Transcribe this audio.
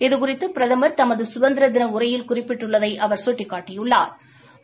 இது குறிதது பிரதமா் தமது குதந்திரதின உரையில் குறிப்பிட்டுள்ளதை அவா் கட்டிக்காட்டியுள்ளாா்